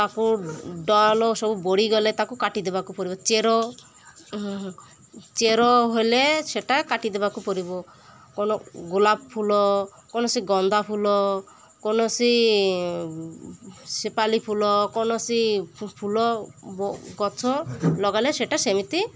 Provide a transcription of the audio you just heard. ତାକୁ ଡାଳ ସବୁ ବଢ଼ିଗଲେ ତାକୁ କାଟି ଦେବାକୁ ପଡ଼ିବ ଚେର ଚେର ହେଲେ ସେଇଟା କାଟି ଦେବାକୁ ପଡ଼ିବ ଗୋଲାପ ଫୁଲ କୌଣସି ଗନ୍ଦା ଫୁଲ କୌଣସି ଶେଫାଳୀ ଫୁଲ କୌଣସି ଫୁଲ ଗଛ ଲଗାଇଲେ ସେଇଟା ସେମିତି